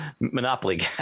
monopoly